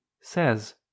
says